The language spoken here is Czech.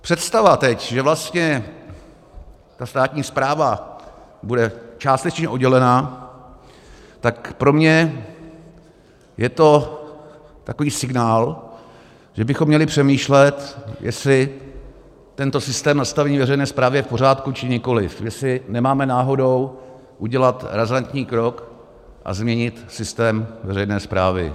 Představa teď, že vlastně státní správa bude částečně oddělená, tak pro mě je to takový signál, že bychom měli přemýšlet, jestli tento systém nastavení veřejné správy je v pořádku či nikoliv, jestli nemáme náhodou udělat razantní krok a změnit systém veřejné správy.